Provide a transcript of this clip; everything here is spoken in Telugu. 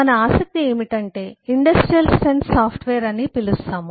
మన ఆసక్తి ఏమిటంటే ఇండస్ట్రియల్ స్ట్రెంత్ సాఫ్ట్వేర్ అని పిలుస్తాము